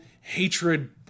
hatred